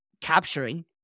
capturing